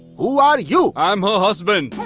who are you? i'm her husband.